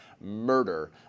murder